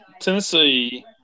Tennessee